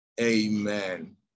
amen